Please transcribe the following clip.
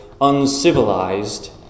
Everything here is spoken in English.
uncivilized